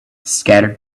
scattered